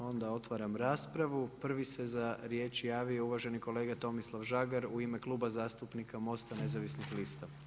Onda otvaram raspravu, prvi se za riječ javio uvaženi kolega Tomislav Žagar u ime Kluba zastupnika MOST-a nezavisnih lista.